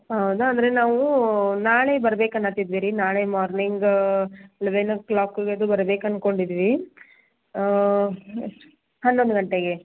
ಹೌದಾ ಅಂದರೆ ನಾವು ನಾಳೆ ಬರ್ಬೇಕು ಅನ್ಕೋತಿದ್ವಿ ರೀ ನಾಳೆ ಮಾರ್ನಿಂಗ್ ಲೆವೆನ್ ಓ ಕ್ಲಾಕಿಗೆ ಅದು ಬರ್ಬೇಕು ಅಂದ್ಕೊಂಡಿದ್ವಿ ಹನ್ನೊಂದು ಗಂಟೆಗೆ